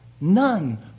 none